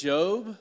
Job